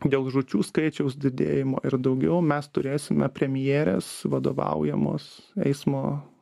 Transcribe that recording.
dėl žūčių skaičiaus didėjimo ir daugiau mes turėsime premjerės vadovaujamos eismo